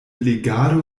legado